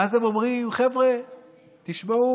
ואז הם אומרים: חבר'ה, תשמעו,